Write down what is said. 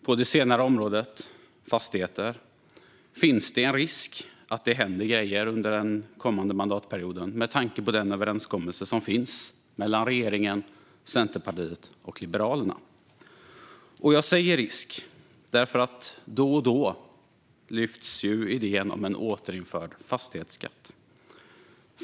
På det senare området, fastigheter, finns det risk att det händer grejer under den kommande mandatperioden med tanke på den överenskommelse som finns mellan regeringen, Centerpartiet och Liberalerna. Jag säger risk, för då och då lyfts idén upp om att återinföra fastighetsskatten.